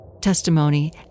testimony